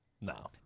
No